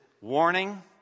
warning